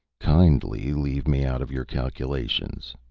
kindly leave me out of your calculations,